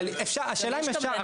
השאלה אם אפשר,